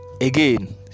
Again